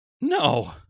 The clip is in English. No